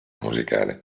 musicale